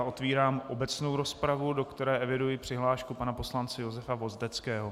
Otevírám obecnou rozpravu, do které eviduji přihlášku pana poslance Josefa Vozdeckého.